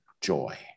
joy